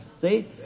See